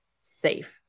safe